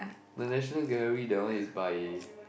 the National Gallery that one is by